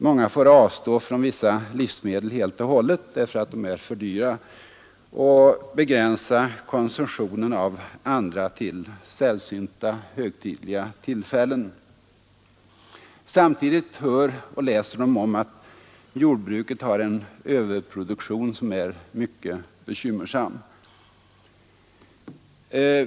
Många får avstå från vissa livsmedel helt och hållet på grund därav och begränsa konsumtionen av andra livsmedel till sällsynta högtidliga tillfällen. Samtidigt hör man och läser man om att jordbruket har en överproduktion som är mycket bekymmersam.